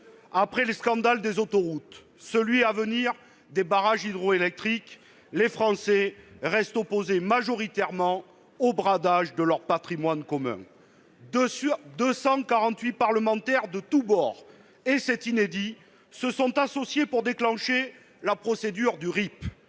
Après le scandale des autoroutes et avant celui des barrages hydroélectriques, les Français restent opposés majoritairement au bradage de leur patrimoine commun. Ainsi, 248 parlementaires de tous bords- c'est inédit -se sont associés pour déclencher la procédure du